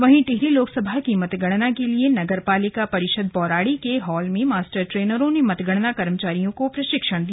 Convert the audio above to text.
वहीं टिहरी लोकसभा की मतगणना के लिए नगर पालिका परिषद बौराड़ी के हॉल में मास्टर ट्रेनरों ने मतगणना कर्मचारियों को प्रशिक्षण दिया